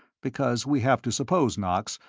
because we have to suppose, knox,